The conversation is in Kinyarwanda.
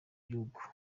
gihugu